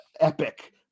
epic